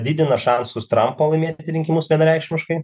didina šansus trampo laimėti rinkimus vienareikšmiškai